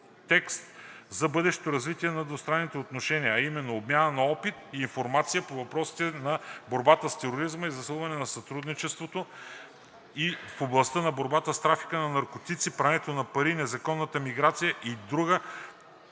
контекст за бъдещо развитие на двустранните отношения, а именно обмяна на опит и информация по въпросите на борбата с тероризма и засилване на сътрудничеството в областта на борбата с трафика на наркотици, прането на пари, незаконната миграция и друга